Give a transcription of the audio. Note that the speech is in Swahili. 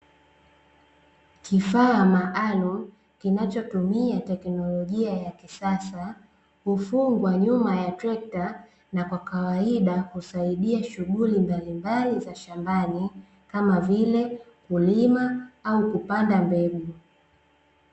Kifaa maalumu kinachotumia technolojia ya kisasa, hufungwa nyuma ya trekta, na kwa kawaida husaidia shughuli mbalimbali za shambani, kama vile; kulima au kupanda mbegu.